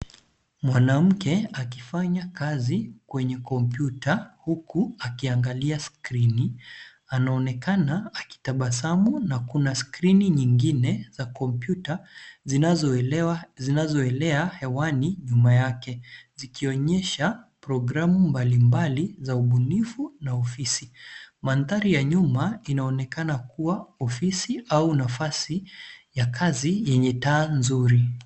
Mwanamke akifanya kazi kwenye kompyuta huku akiangalia skrini anaonekana akitabasamu na kuna skrini nyingine za kompyuta zinazoelea hewani nyuma yake zikionyesha programu mbalimbali za ubunifu na ofisi. Mandhari ya nyuma inaonekana kuwa ofisi au nafasi ya kazi yenye taa nzuri.